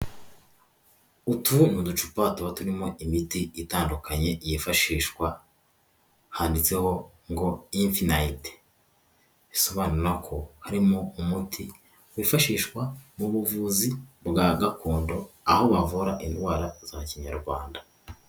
Utu ni ducupa tuba turimo imiti itandukanye yifashishwa handitseho ngo infinite, bisobanura ko harimo umuti wifashishwa mu buvuzi bwa gakondo, aho bavura indwara za Kinyarwanda.